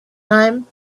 time